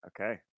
Okay